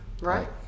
right